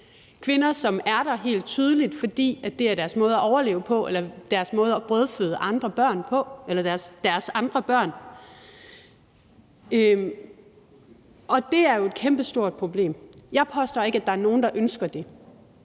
kvinder, som helt tydeligvis er der, fordi det er deres måde at overleve på eller deres måde at brødføde deres andre børn på, og det er jo et kæmpestort problem. Jeg påstår ikke, at der er nogen, der ønsker det,